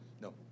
No